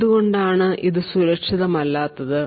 എന്തുകൊണ്ടാണ് ഇത് സുരക്ഷിതമല്ലാത്തത്